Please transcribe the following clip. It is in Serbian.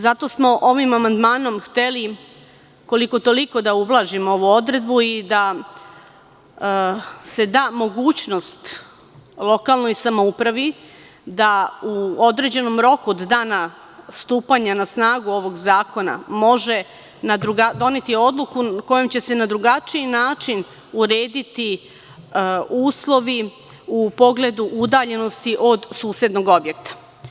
Zato smo ovim amandmanom hteli, koliko toliko, da ublažimo ovu odredbu i da se da mogućnost lokalnoj samoupravi da u određenom roku od dana stupanja na snagu ovog zakona može doneti odluku kojom će se na drugačiji način urediti uslovi u pogledu udaljenosti od susednog objekta.